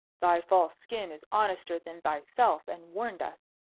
thy false skin is honester than thyself, and warned us.